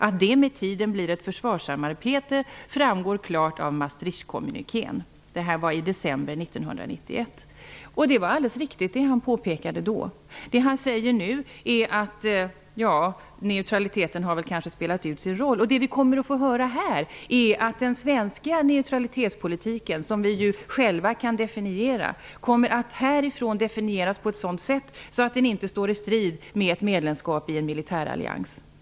Att det med tiden blir ett försvarssamarbete framgår klart av Maastrichtkommunikén''. Detta skrevs i december 1991. Det som han påpekade då var alldeles riktigt. Nu säger han att neutraliteten kanske har spelat ut sin roll. Vi kommer här att få höra att den svenska neutralitetspolitiken, som vi själva kan definiera, definieras på ett sådant sätt att den inte står i strid med ett medlemskap i en militärallians.